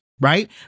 right